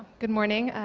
good morning.